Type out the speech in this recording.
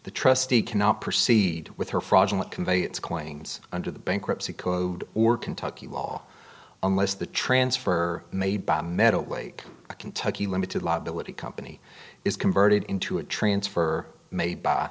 the trustee cannot proceed with her fraudulent conveyance claims under the bankruptcy code or kentucky law unless the transfer made by a metal lake kentucky limited liability company is converted into a transfer made by